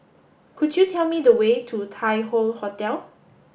could you tell me the way to Tai Hoe Hotel